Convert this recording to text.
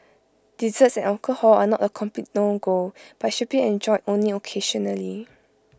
desserts and alcohol are not A complete no go but should be enjoyed only occasionally